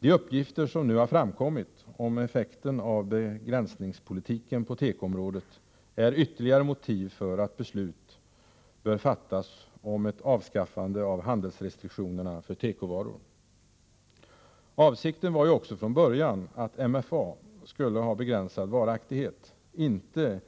De uppgifter som nu har framkommit om effekten av begränsningspolitiken på tekoområdet är ytterligare motiv för att beslut bör fattas om ett avskaffande av handelsrestriktionerna för tekovaror. Avsikten var ju också från början att MFA skulle ha begränsad varaktighet, inte